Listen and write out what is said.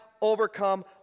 overcome